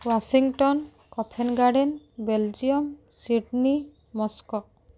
Washington Copenhagen Belgium Sydney Moscow